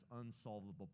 unsolvable